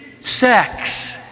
sex